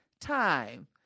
time